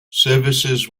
services